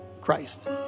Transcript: Christ